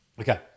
Okay